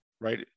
right